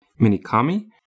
Minikami